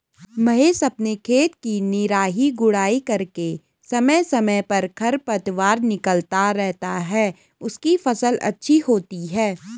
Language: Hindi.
महेश अपने खेत की निराई गुड़ाई करके समय समय पर खरपतवार निकलता रहता है उसकी फसल अच्छी होती है